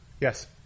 Yes